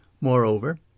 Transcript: Moreover